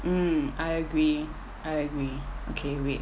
mm I agree I agree okay wait